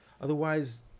otherwise